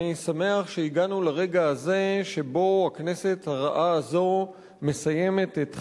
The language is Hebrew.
אני שמח שהגענו לרגע הזה שבו הכנסת הרעה הזאת מסיימת את חייה,